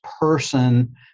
person